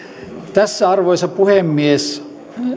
tässä arvoisa puhemies